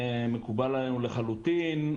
זה מקובל עלינו לחלוטין.